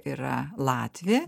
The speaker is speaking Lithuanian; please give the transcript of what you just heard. yra latvė